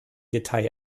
detail